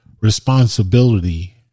responsibility